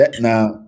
Now